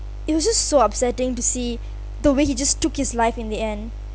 it was just so upsetting to see the way he just took his life in the end